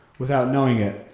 without knowing it,